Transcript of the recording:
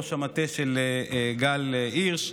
ראש המטה של גל הירש,